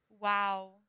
Wow